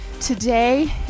today